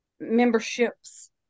memberships